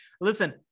Listen